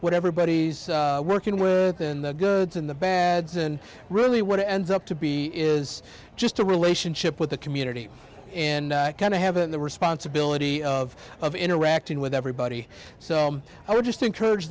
what everybody's working with and the goods in the bads and really what ends up to be is just a relationship with the community and kind of having the responsibility of of interacting with everybody so i would just encourage